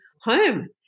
home